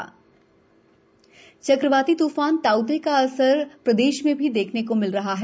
मौसम चक्रवाती तूफान ताउ ते का असर प्रदेश में भी देखने को मिल रहा है